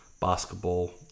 basketball